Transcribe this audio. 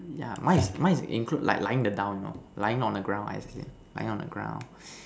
yeah mine is mine is include like lying the down you know lying on the ground I see lying on the ground